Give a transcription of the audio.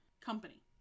company